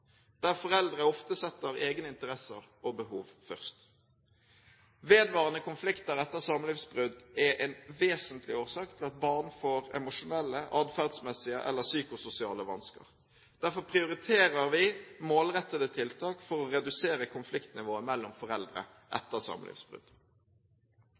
der foreldre ofte setter egne interesser og behov først. Vedvarende konflikter etter samlivsbrudd er en vesentlig årsak til at barn får emosjonelle, atferdsmessige eller psykososiale vansker. Derfor prioriterer vi målrettede tiltak for å redusere konfliktnivået mellom foreldre